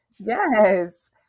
Yes